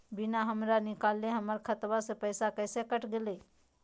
बिना हमरा निकालले, हमर खाता से पैसा कैसे कट गेलई?